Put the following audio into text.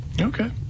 Okay